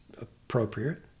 appropriate